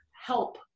help